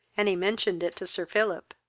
and he mentioned it to sir philip.